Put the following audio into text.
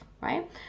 right